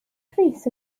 pris